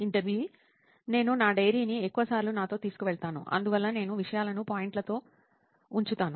ఇంటర్వ్యూఈ నేను నా డైరీని ఎక్కువ సార్లు నాతో తీసుకువెళతాను అందువల్ల నేను విషయాలను పాయింట్లలో ఉంచుతాను